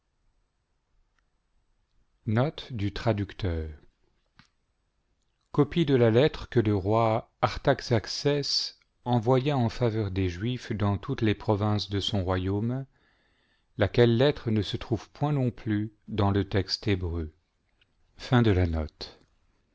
copie de la lettre que le roi artaxercès envoya en faveur des juifs dans toutes les provinces de son royaume laquelle lettre ne se trouve point non plus dans le texte hébreu